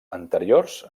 anteriors